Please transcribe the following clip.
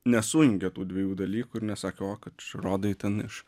nesujungė tų dviejų dalykų ir nesakė o ką rodai ten iš